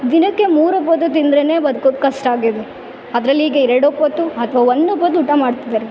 ದಿನಕ್ಕೆ ಮೂರು ಒಪ್ಪೊತ್ತು ತಿಂದರೇನೆ ಬದ್ಕೋದು ಕಷ್ಟ ಆಗಿದೆ ಅದರಲ್ಲಿ ಈಗೆ ಎರಡು ಒಪ್ಪೊತ್ತು ಅಥ್ವ ಒಂದು ಒಪ್ಪೊತ್ತು ಊಟ ಮಾಡ್ತಿದ್ದಾರೆ